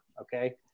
Okay